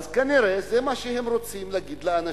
אז כנראה זה מה שהם רוצים להגיד לאנשים: